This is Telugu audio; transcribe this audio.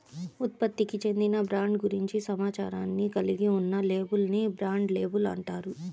ఉత్పత్తికి చెందిన బ్రాండ్ గురించి సమాచారాన్ని కలిగి ఉన్న లేబుల్ ని బ్రాండ్ లేబుల్ అంటారు